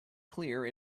clear